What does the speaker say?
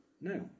No